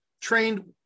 trained